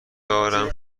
دارم